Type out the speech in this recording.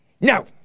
No